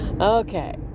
Okay